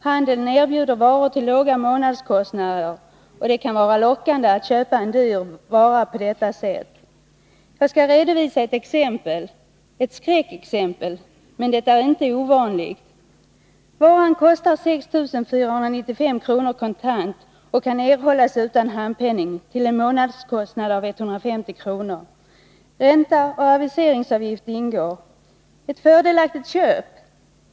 Handeln erbjuder varor till låga månadskostnader, och det kan vara lockande att köpa en dyr vara på detta sätt. Jag skall redovisa ett exempel — ett skräckexempel, men det är inte ovanligt: Varan kostar 6 495 kr. kontant och kan erhållas utan handpenning till en månadskostnad av 150 kr. Ränta och aviseringsavgift ingår. Ett fördelaktigt köp?